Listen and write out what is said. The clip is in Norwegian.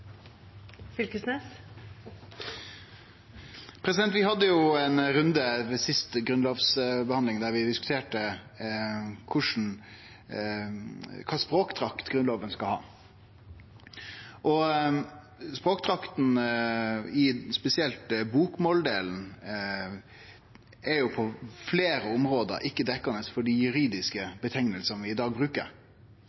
Vi hadde ei runde ved sist grunnlovsbehandling der vi diskuterte kva slags språkdrakt Grunnlova skal ha. Språkdrakta er, spesielt i bokmålsdelen, på fleire område ikkje dekkande for dei juridiske